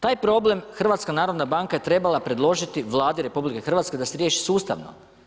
Taj problem HNB je trebala predložiti Vladi RH da se riječi sustavno.